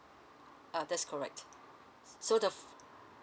uh that's correct so the